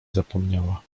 zapomniała